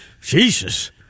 Jesus